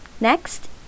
Next